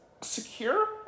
secure